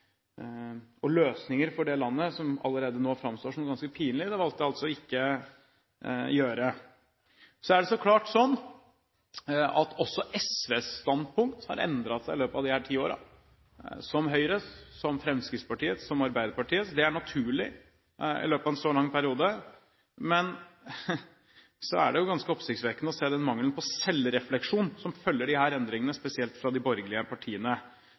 og løsninger for det landet som allerede nå framstår som ganske pinlige. Det valgte jeg altså ikke å gjøre. Så er det så klart slik at SVs standpunkt har endret seg i løpet av disse ti årene, som Høyres, som Fremskrittspartiets og som Arbeiderpartiets. Det er naturlig i løpet av en så lang periode. Men så er det ganske oppsiktsvekkende å se den mangelen på selvrefleksjon som følger disse endringene, spesielt fra de borgerlige partiene.